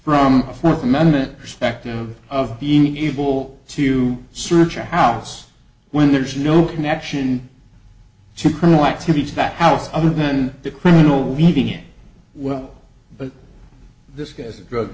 from a fourth amendment perspective of being able to search a house when there's no connection to criminal activities that house other than the criminal leaving it well but this guy's